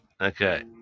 okay